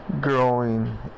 growing